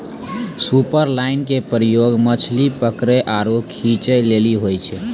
superline के प्रयोग मछली पकरै आरु खींचै लेली होय छै